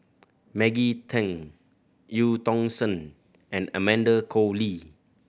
Maggie Teng Eu Tong Sen and Amanda Koe Lee